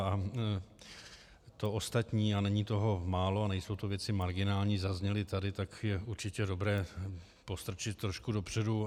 A to ostatní, a není toho málo, nejsou to věci marginální, zazněly tady, tak je určitě dobré postrčit je trošku dopředu.